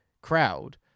crowd